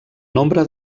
nombre